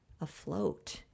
afloat